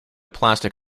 plastic